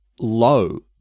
low